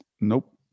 Nope